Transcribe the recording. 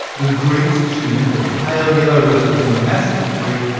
the greeks chewed the pale yellow resin from the mastic tree,